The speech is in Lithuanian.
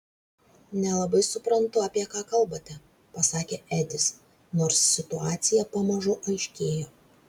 nelabai suprantu apie ką kalbate pasakė edis nors situacija pamažu aiškėjo